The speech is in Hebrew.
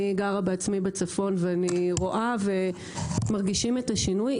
אני בעצמי גרה בצפון ואני רואה ומרגישה את השינוי.